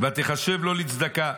ותחשב לו לצדקה.